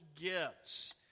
gifts